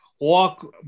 walk